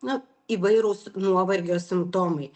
na įvairūs nuovargio simptomai